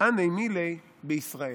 "הני מילי בישראל"